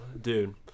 dude